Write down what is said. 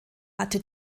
hatte